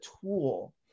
tool